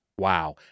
Wow